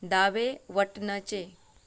दावे वटेनचें